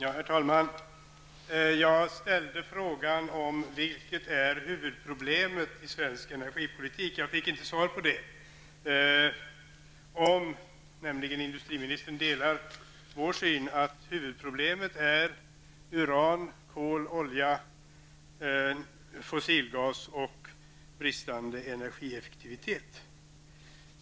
Herr talman! Jag ställde en fråga om vad som är huvudproblemet i svensk energipolitik. Jag fick inget svar på om industriministern delar miljöpartiets syn att huvudproblemet är uran, kol, olja, fossilgas och bristande energieffektivitet.